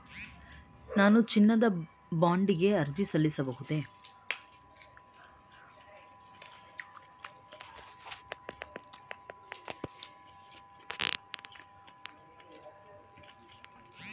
ನಾನು ಚಿನ್ನದ ಬಾಂಡ್ ಗೆ ಅರ್ಜಿ ಸಲ್ಲಿಸಬಹುದೇ?